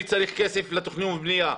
אני צריך כסף לתכנון ובנייה,